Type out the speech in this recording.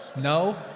no